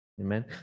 Amen